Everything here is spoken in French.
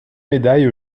médailles